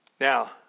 Now